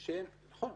נכון.